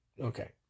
Okay